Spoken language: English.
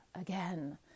again